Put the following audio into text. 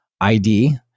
ID